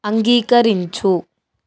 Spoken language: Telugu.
అంగీకరించు